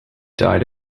died